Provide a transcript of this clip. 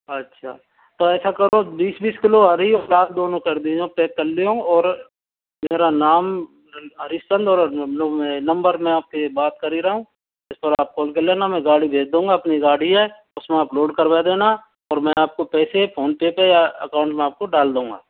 अच्छा तो ऐसा करो बीस बीस किलो हरी और लाल दोनों कर दियो और पैक कर दियो और मेरा नाम हरीश चंद और नंबर मैं आपके बात कर ही रहा हूँ इस पर आप कॉल कर लेना मैं गाड़ी भेज दूँगा अपनी गाड़ी है उसमें आप लोड करवा देना और मैं पैसे फोनपे पे या अकाउंट में डाल दूँगा